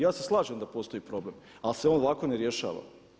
Ja se slažem da postoji problem, ali se on ovako ne rješava.